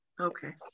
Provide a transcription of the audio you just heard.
Okay